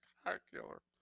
spectacular